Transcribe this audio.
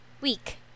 week